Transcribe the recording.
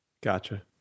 Gotcha